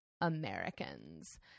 Americans